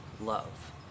love